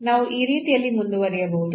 ನಾವು ಈ ರೀತಿಯಲ್ಲಿ ಮುಂದುವರಿಯಬಹುದು